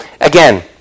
again